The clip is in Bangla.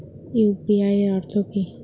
ইউ.পি.আই এর অর্থ কি?